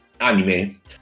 anime